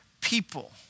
people